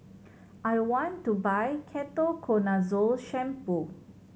I want to buy Ketoconazole Shampoo